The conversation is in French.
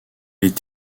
est